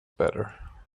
better